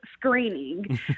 screening